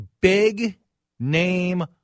big-name